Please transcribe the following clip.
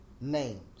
Names